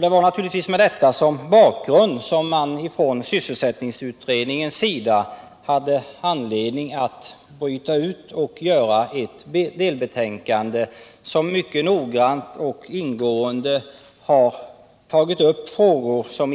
Det var naturligtvis med detta som bakgrund som sysselsättningsutredningen hade anledning att bryta ut och göra ett delbetänkande, som mycket noggrant och ingående tar upp frågor som